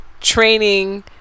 training